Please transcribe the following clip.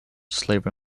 slavery